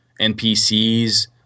NPCs